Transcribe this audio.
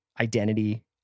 identity